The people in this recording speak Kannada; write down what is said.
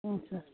ಹ್ಞೂ ಸರ್